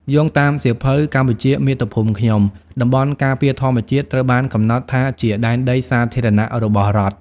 យោងតាមសៀវភៅ "កម្ពុជាមាតុភូមិខ្ញុំ" តំបន់ការពារធម្មជាតិត្រូវបានកំណត់ថាជាដែនដីសាធារណៈរបស់រដ្ឋ។